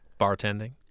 Bartending